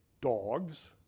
dogs